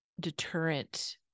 deterrent